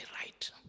right